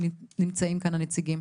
חבר הכנסת אבו שחאדה, בבקשה.